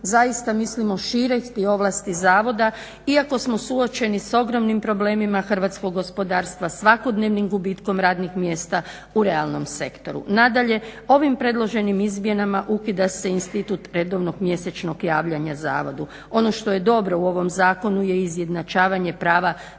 zaista mislimo širiti ovlasti zavoda, iako smo suočeni s ogromnim problemima hrvatskog gospodarstva svakodnevnim gubitkom radnih mjesta u realnom sektoru. Nadalje, ovim predloženim izmjenama ukida se institut redovnog mjesečnog javljanja zavodu. Ono što je dobro u ovom zakonu je izjednačavanje prava